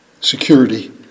security